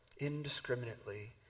indiscriminately